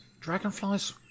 dragonflies